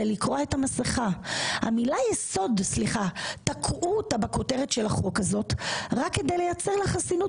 זה לקרוע את המסכה - תקעו אותה בכותרת של החוק הזה רק כדי לייצר לה חסינות